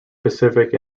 pacific